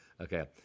Okay